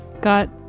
got